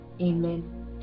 amen